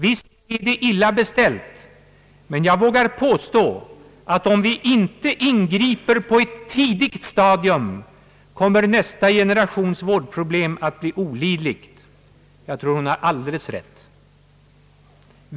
Visst är det illa beställt, men jag vågar påstå att om vi inte ingriper på ett tidigt stadium, kommer nästa generations vårdproblem att bli olidliga.» Jag tror hon har alldeles rätt.